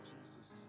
Jesus